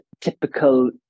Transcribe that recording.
typical